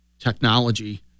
technology